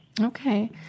Okay